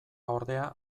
ordea